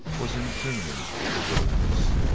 was in tune with the wilderness.